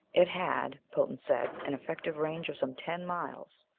it had, potan said, an effective range of some ten miles.